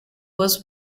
was